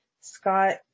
Scott